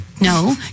No